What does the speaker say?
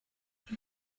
she